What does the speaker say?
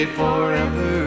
forever